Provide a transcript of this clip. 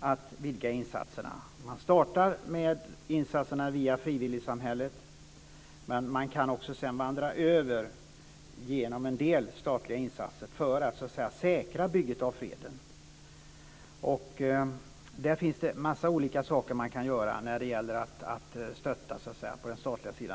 att vidga insatserna nu. Man startar med insatser via frivilligsamhället, men man kan sedan vandra över genom en del statliga insatser för att säkra bygget av freden. Det finns en mängd saker som går att göra från den statliga sidan för att stötta.